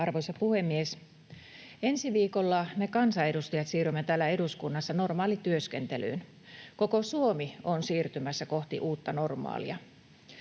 Arvoisa puhemies! Ensi viikolla me kansanedustajat siirrymme täällä eduskunnassa normaalityöskentelyyn. Koko Suomi on siirtymässä kohti uutta normaalia.